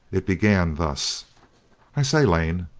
it began thus i say, lane,